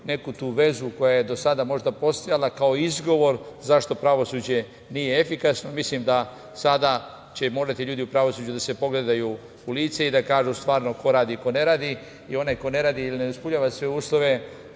neku tu vezu koja je do sada možda postojala kao izgovor zašto pravosuđe nije efikasno. Mislim da će sada morati ljudi u pravosuđu da se pogledaju u lice i da kažu stvarno ko radi i ko ne radi i onaj ko ne radi ili ne ispunjava sve uslove